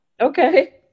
okay